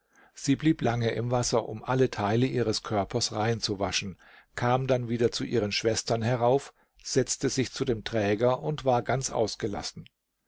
sie blieb lange im wasser um alle teile ihres körpers rein zu waschen kam dann wieder zu ihren schwestern herauf setzte sich zu dem träger und war ganz ausgelassen